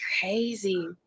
crazy